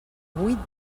vuit